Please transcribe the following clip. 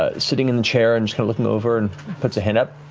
ah sitting in the chair and looking over and puts a hand up.